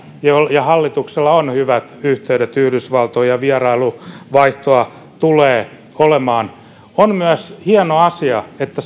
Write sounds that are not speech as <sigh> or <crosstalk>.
ja hallituksella on hyvät yhteydet yhdysvaltoihin ja vierailuvaihtoa tulee olemaan on myös hieno asia että <unintelligible>